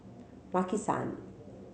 Maki San